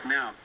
Now